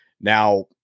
Now